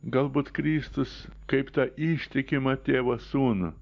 galbūt kristus kaip tą ištikimą tėvo sūnų